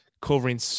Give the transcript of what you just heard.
covering